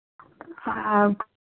हाँ